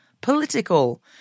political